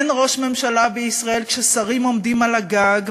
אין ראש ממשלה בישראל כששרים עומדים על הגג,